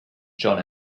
john